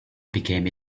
became